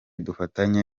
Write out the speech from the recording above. dufatanye